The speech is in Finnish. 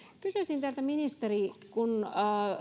kysyisin teiltä ministeri kun